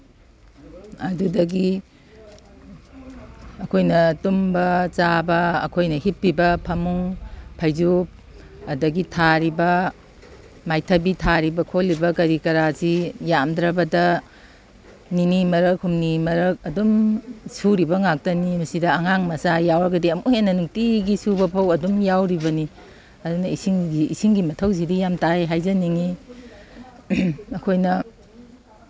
ꯑꯗꯨꯗꯒꯤ ꯑꯩꯈꯣꯏꯅ ꯇꯨꯝꯕ ꯆꯥꯕ ꯑꯩꯈꯣꯏꯅ ꯍꯤꯞꯄꯤꯕ ꯐꯃꯨꯡ ꯐꯩꯖꯨꯞ ꯑꯗꯒꯤ ꯊꯥꯔꯤꯕ ꯃꯥꯏꯊꯕꯤ ꯊꯥꯔꯤꯕ ꯈꯣꯠꯂꯤꯕ ꯀꯔꯤ ꯀꯔꯥꯁꯤ ꯌꯥꯝꯗ꯭ꯔꯕꯗ ꯅꯤꯅꯤ ꯃꯔꯛ ꯍꯨꯝꯅꯤ ꯃꯔꯛ ꯑꯗꯨꯝ ꯁꯨꯔꯤꯕ ꯉꯥꯛꯇꯅꯤ ꯃꯁꯤꯗ ꯑꯉꯥꯡ ꯃꯆꯥ ꯌꯥꯎꯔꯒꯗꯤ ꯑꯃꯨꯛ ꯍꯦꯟꯅ ꯅꯨꯡꯇꯤꯒꯤ ꯁꯨꯕꯐꯥꯎ ꯑꯗꯨꯝ ꯌꯥꯎꯔꯤꯕꯅꯤ ꯑꯗꯨꯅ ꯏꯁꯤꯡꯒꯤ ꯃꯊꯧꯁꯤꯗꯤ ꯌꯥꯝ ꯇꯥꯡꯉꯤ ꯍꯥꯏꯖꯅꯤꯡꯉꯤ ꯑꯩꯈꯣꯏꯅ